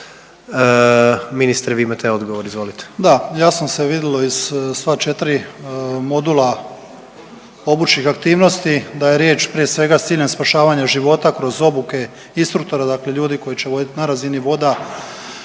Ministre vi imate odgovor. **Banožić, Mario (HDZ)** Da, jasno se vidlo iz sva 4 modula obučnih aktivnosti da je riječ prije svega s ciljem spašavanja života kroz obuke instruktora, dakle ljudi koji će vodit na razini voda,